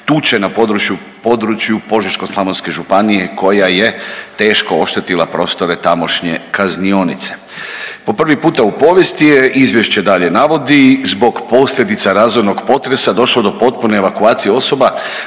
na području Požeško-slavonske županije koja je teško oštetila prostore tamošnje kaznionice. Po prvi puta u povijesti je izvješće dalje navodi zbog posljedica razornog potresa došlo do potpune evakuacije osoba